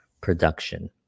production